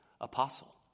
apostle